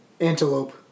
Antelope